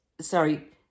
sorry